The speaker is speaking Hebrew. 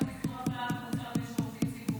לפי חוק איסור אפליה במוצרים ושירותים ציבוריים.